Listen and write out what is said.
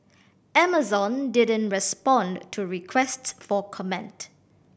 Amazon didn't respond to requests for comment